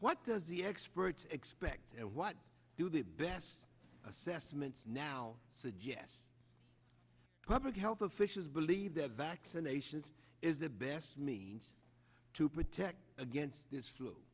what does the experts expect and what do the best assessments now suggest covered health officials believe that vaccinations is the best means to protect against this flu